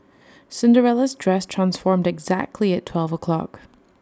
Cinderella's dress transformed exactly at twelve o'clock